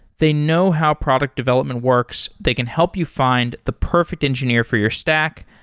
they know how product development works. they can help you find the perfect engineer for your stack,